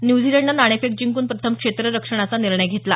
न्यूझीलंडनं नाणेफेक जिंकून प्रथम क्षेत्ररक्षणाचा निर्णय घेतला